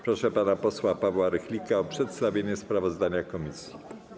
Proszę pana posła Pawła Rychlika o przedstawienie sprawozdania komisji.